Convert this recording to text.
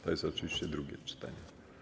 To jest oczywiście drugie czytanie.